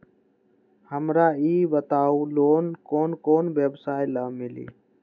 हमरा ई बताऊ लोन कौन कौन व्यवसाय ला मिली?